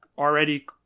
already